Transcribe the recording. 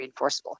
reinforceable